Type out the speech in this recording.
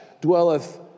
dwelleth